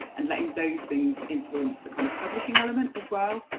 and letting those things influence the kind of publishing element as well.